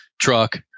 truck